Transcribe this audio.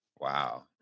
Wow